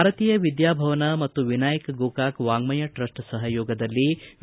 ಭಾರತೀಯ ವಿದ್ಯಾ ಭವನ ಮತ್ತು ವಿನಾಯಕ ಗೋಕಾಕ ವಾಜ್ಯಯ ಟ್ರಸ್ಟ್ ಸಹಯೋಗದಲ್ಲಿ ವಿ